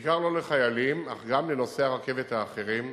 בעיקר לא לחיילים, אך גם לנוסעי הרכבת האחרים,